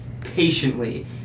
patiently